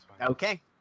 Okay